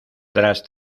tras